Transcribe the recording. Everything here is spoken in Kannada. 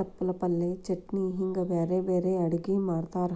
ತಪ್ಪಲ ಪಲ್ಯ, ಚಟ್ನಿ ಹಿಂಗ್ ಬ್ಯಾರ್ಬ್ಯಾರೇ ಅಡುಗಿ ಮಾಡ್ತಾರ